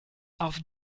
auf